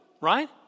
Right